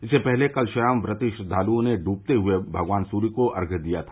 इससे पहले कल शाम व्रती श्रद्वाल्ओं ने ड्वते हए भगवान सूर्य को अर्घ्य दिया था